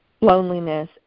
loneliness